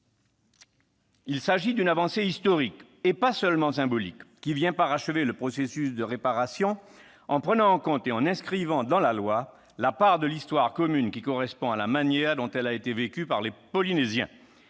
Il s'agit d'une avancée historique, et pas seulement symbolique, qui vient parachever le processus de réparation en prenant en compte et en inscrivant dans la loi cette part de l'histoire commune, dans des termes qui correspondent à la manière dont elle a été vécue par les Polynésiens.